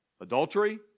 Adultery